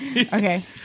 okay